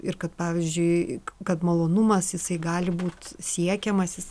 ir kad pavyzdžiui kad malonumas jisai gali būt siekiamas jis